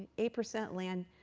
eight percent land,